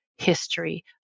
History